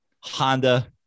Honda